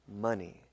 money